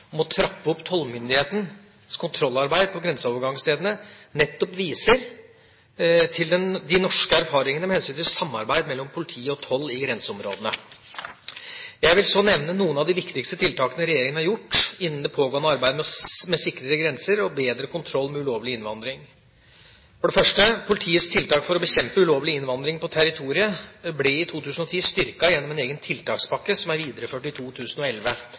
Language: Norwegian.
om å trappe opp tollmyndighetenes kontrollarbeid på grenseovergangsstedene, nettopp viser til de norske erfaringene med hensyn til samarbeid mellom politi og toll i grenseområdene. Jeg vil så nevne noen av de viktigste tiltakene regjeringa har gjort innen det pågående arbeidet med sikrere grenser og bedre kontroll med ulovlig innvandring. Politiets tiltak for å bekjempe ulovlig innvandring på territoriet ble i 2010 styrket gjennom en egen tiltakspakke som er videreført i 2011